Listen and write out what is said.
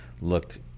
looked